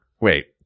Wait